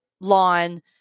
lawn